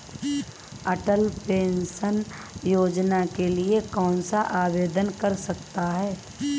अटल pension योजना के लिए कौन आवेदन कर सकता है?